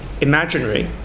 imaginary